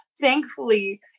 Thankfully